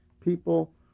People